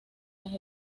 las